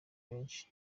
benshi